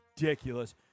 ridiculous